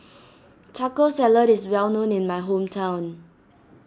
Taco Salad is well known in my hometown